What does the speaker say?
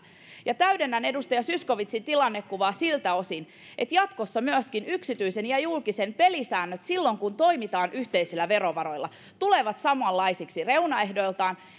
täydennän edustaja zyskowiczin tilannekuvaa siltä osin että jatkossa myöskin yksityisen ja julkisen pelisäännöt silloin kun toimitaan yhteisillä verovaroilla tulevat samanlaisiksi reunaehdoiltaan